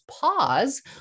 Pause